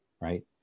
Right